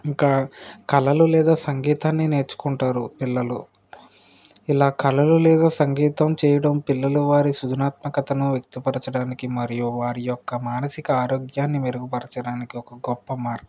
ఇంకా కళలు లేదా సంగీతాన్ని నేర్చుకుంటారు పిల్లలు ఇలా కళలు లేదా సంగీతం చేయడం పిల్లలు వారి సుజనాత్మకతను వ్యక్తపరచడానికి మరియు వారి యొక్క మానసిక ఆరోగ్యాన్ని మెరుగుపరచడానికి ఒక గొప్ప మార్గం